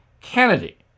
Kennedy